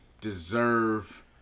deserve